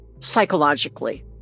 psychologically